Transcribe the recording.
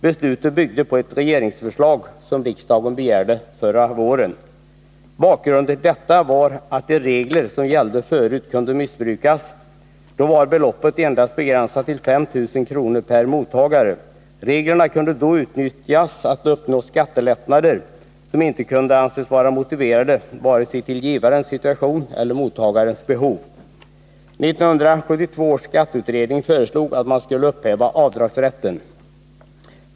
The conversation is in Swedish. Beslutet byggde på ett regeringsförslag som riksdagen begärde förra våren. Bakgrunden till detta var att de regler som gällde förut kunde missbrukas. Då var beloppet endast begränsat till 5 000 kr. per mottagare. Reglerna kunde då utnyttjas att uppnå skattelättnader som inte kunde anses vara motiverade av vare sig givarens situation eller mottagarens behov. 1972 års skatteutredning föreslog att man skulle upphäva avdragsrätten.